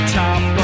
top